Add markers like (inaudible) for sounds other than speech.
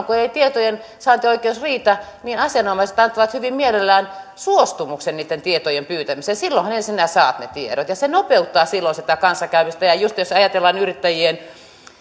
(unintelligible) kun ei ei tietojensaantioikeus riitä niin asianomaiset antavat hyvin mielellään suostumuksen niitten tietojen pyytämiseen silloinhan sinä saat ne tiedot ja se nopeuttaa silloin sitä kanssakäymistä just jos ajatellaan yrittäjien